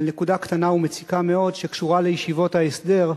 על נקודה קטנה ומציקה מאוד שקשורה לישיבות ההסדר.